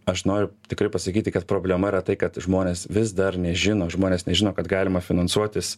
aš noriu tikrai pasakyti kad problema yra tai kad žmonės vis dar nežino žmonės nežino kad galima finansuotis